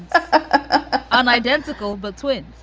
ah an identical but twin.